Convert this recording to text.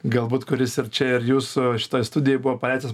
galbūt kuris ir čia ir jūsų šitoj studijoj buvo paleistas